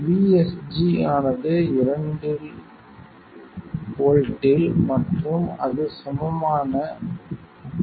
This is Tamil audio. VSG ஆனது 2 இல் வோல்ட்டில் மற்றும் அது சமமான 12